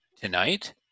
tonight